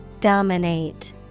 Dominate